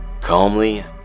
calmly